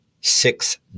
six